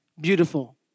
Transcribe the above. beautiful